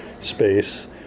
space